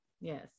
Yes